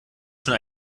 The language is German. schon